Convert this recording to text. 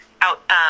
out